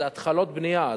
אלה התחלות בנייה,